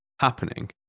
happening